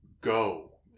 go